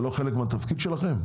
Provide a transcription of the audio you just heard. זה לא חלק מהתפקיד שלכם?